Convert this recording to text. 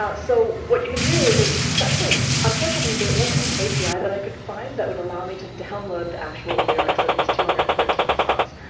so what you can do is it's actually unfortunately, there wasn't an api that i could find that would allow me to download the actual lyrics of these two hundred and thirteen songs.